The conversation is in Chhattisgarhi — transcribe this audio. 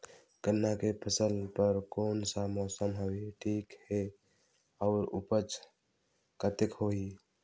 गन्ना के फसल बर कोन सा मौसम हवे ठीक हे अउर ऊपज कतेक होही?